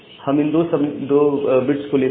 हम इन 2 बिट्स को लेते हैं